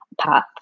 path